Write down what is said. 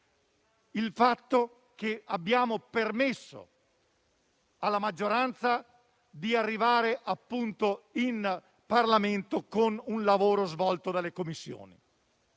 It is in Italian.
il fatto che abbiamo permesso alla maggioranza di arrivare in Parlamento con un lavoro svolto dalle Commissioni.